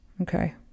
okay